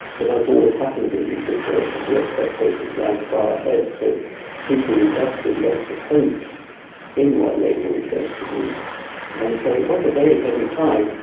but as always happens in these situations, the expectations ran far ahead, so people invested lots hopes in what labour was going to do. and so it was a very heady time.